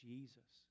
Jesus